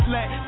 Let